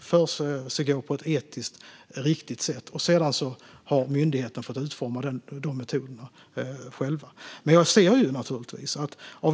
försiggår på ett etiskt riktigt sätt. Sedan har myndigheten fått utforma metoderna själv.